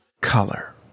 color